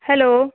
hello